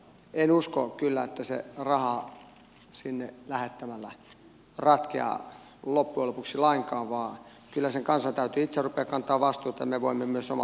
en usko kyllä että se rahaa sinne lähettämällä ratkeaa loppujen lopuksi lainkaan vaan kyllä sen kanssa täytyy thorpe kantaa vastuuta me voimme myös oma